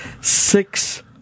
six